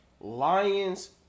Lions